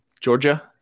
Georgia